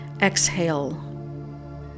Exhale